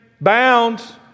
bound